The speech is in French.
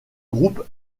groupe